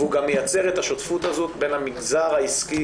והוא גם מייצר את השותפות הזאת בין המגזר העסקי